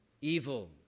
evil